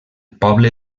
poble